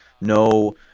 no